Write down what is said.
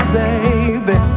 baby